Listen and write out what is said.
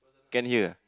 can hear